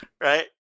right